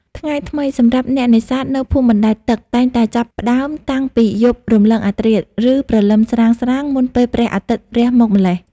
ថ្ងៃថ្មីសម្រាប់អ្នកនេសាទនៅភូមិបណ្តែតទឹកតែងតែចាប់ផ្តើមតាំងពីយប់រំលងអធ្រាត្រ ឬព្រលឹមស្រាងៗ មុនពេលព្រះអាទិត្យរះមកម្ល៉េះ។